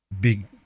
big